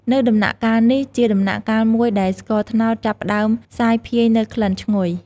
នៅដំណាក់កាលនេះ ជាដំណាក់កាលមួយដែលស្ករត្នោតចាប់ផ្តើមសាយភាយនូវក្លិនឈ្ងុយ។